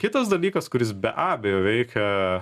kitas dalykas kuris be abejo veikia